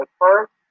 first